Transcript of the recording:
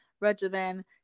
regimen